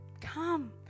come